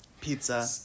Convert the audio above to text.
pizza